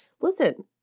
Listen